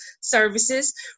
Services